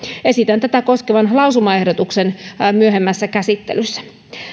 esitän tätä koskevan lausumaehdotuksen myöhemmässä käsittelyssä